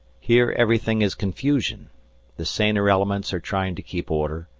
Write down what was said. here everything is confusion the saner elements are trying to keep order,